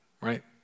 Right